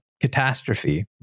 catastrophe